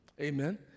Amen